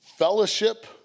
fellowship